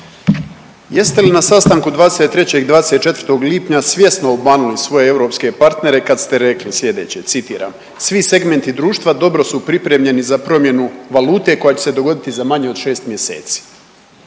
Jeste li na sastanku 23. i 24. lipnja svjesno obmanuli svoje europske partnere kad ste rekli sljedeće, citiram, svi segmenti društva dobro su pripremljeni za promjenu valute koja će se dogodi za manje od 6 mjeseci.